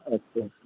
अच्छा जी